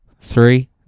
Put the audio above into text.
three